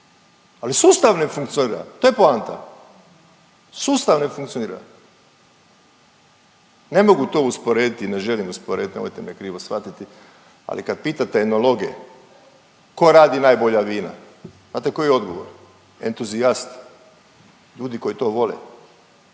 ali sustav ne funkcionira to je poanta, sustav ne funkcionira. Ne mogu to usporediti i ne želim usporediti nemojte me krivo shvatiti, ali kad pitate enologe ko radi najbolja vina, znate koji je odgovor? entuzijasti, ljudi koji to vole,